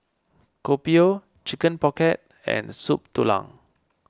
Kopi O Chicken Pocket and Soup Tulang